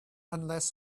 unless